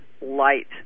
light